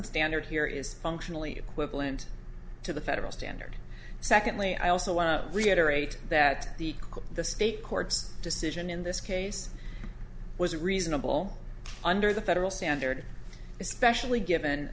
standard here is functionally equivalent to the federal standard secondly i also want to reiterate that the the state court's decision in this case was reasonable under the federal standard especially given